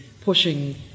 pushing